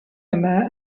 yma